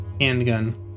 handgun